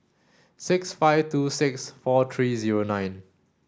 six five two six four three zero nine